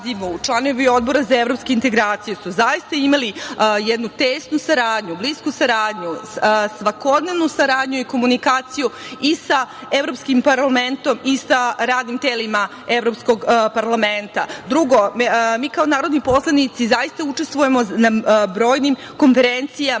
članovi Odbora za evropske integracije su zaista imali jednu tesnu saradnju, blisku saradnju, svakodnevnu saradnju i komunikaciju i sa Evropskim parlamentom i sa radnim telima Evropskog parlamenta. Drugo, mi kao narodni poslanici zaista učestvujemo na brojnim konferencijama.